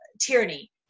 tyranny